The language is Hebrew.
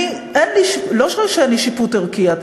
אני, לא שאין לי שיפוט ערכי.